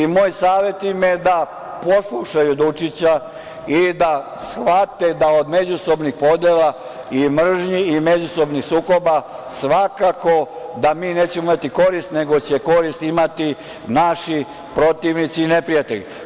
Moj savet im je da poslušaju Dučića i da shvate od međusobnih podela i mržnji i međusobnih sukoba svakako da mi nećemo imati korist, nego će korist imati naši protivnici i neprijatelji.